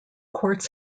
courts